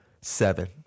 seven